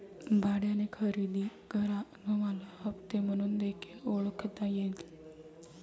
भाड्याने खरेदी करा तुम्हाला हप्ते म्हणून देखील ओळखता येईल